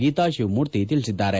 ಗೀತಾ ಶಿವಮೂರ್ತಿ ತಿಳಿಸಿದ್ದಾರೆ